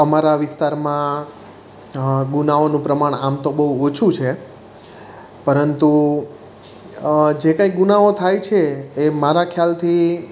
અમારા વિસ્તારમાં ગુનાહોનું પ્રમાણ આમ તો બહું ઓછું છે પરંતુ જે કંઈ ગુનાહો થાય છે એ મારા ખ્યાલથી